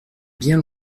bien